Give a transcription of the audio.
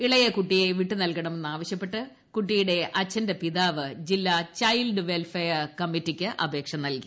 ഇളയ കുട്ടിയെ വിട്ടുനൽകണമെന്ന് ആവശ്യപ്പെട്ട് കുട്ടിയുടെ അച്ഛന്റെ പിതാവ് ജില്ലാ ചൈൽഡ് വെൽഫെയർ കമ്മിറ്റിക്ക് അപേക്ഷ നൽകി